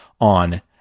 on